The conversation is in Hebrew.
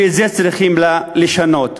ואת זה צריכים לשנות,